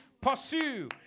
Pursue